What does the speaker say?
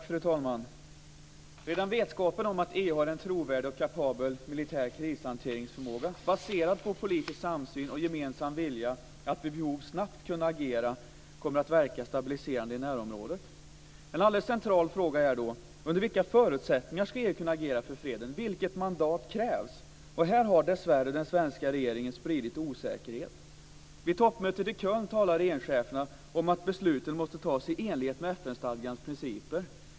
Fru talman! Redan vetskapen om att EU har en trovärdig och kapabel militär krishanteringsförmåga, baserad på politisk samsyn och gemensam vilja att vid behov snabbt kunna agera, kommer att verka stabiliserande i närområdet. En alldeles central fråga är då under vilka förutsättningar EU ska kunna agera för freden. Vilket mandat krävs? Här har dessvärre den svenska regeringen spridit osäkerhet. Vid toppmötet i Köln talade regeringscheferna om att besluten måste fattas i enlighet med FN-stadgans principer.